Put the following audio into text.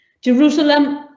Jerusalem